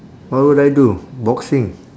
what would I do boxing